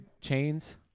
chains